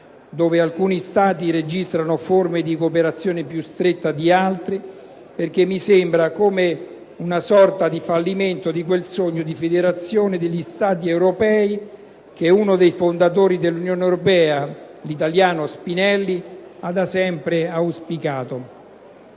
cui alcuni Stati registrano forme di cooperazione più stretta di altri, perché mi sembra una sorta di fallimento di quel sogno di "federazione degli Stati europei" che uno dei fondatori dell'Unione europea, l'italiano Spinelli, auspicò